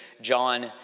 John